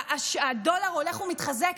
הדולר הולך ומתחזק,